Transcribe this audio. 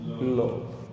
Love